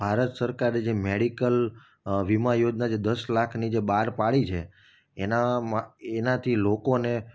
ભારત સરકારે જે મેડિકલ વીમા યોજના જે દસ લાખની જે બહાર પાડી છે એનામાં એનાથી લોકોને